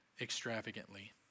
extravagantly